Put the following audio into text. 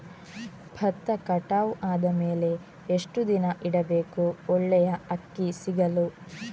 ಭತ್ತ ಕಟಾವು ಆದಮೇಲೆ ಎಷ್ಟು ದಿನ ಇಡಬೇಕು ಒಳ್ಳೆಯ ಅಕ್ಕಿ ಸಿಗಲು?